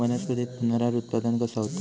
वनस्पतीत पुनरुत्पादन कसा होता?